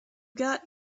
got